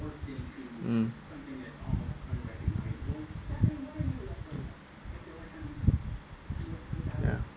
mm ya